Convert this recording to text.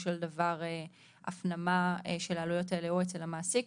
של דבר הפנמה של העלויות האלו אצל המעסיק,